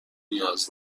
نیاز